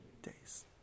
days